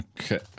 okay